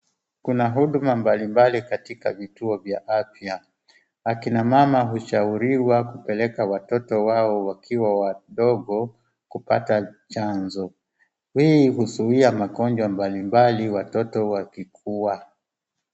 Kuna huduma mbalimbali katika vituo vya afya. Akina mama hushauriwa kupeleka watoto wao wakiwa wadogo kupata chanjo. Hii huzuia magonjwa mbalimbali watoto wakikua.